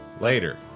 Later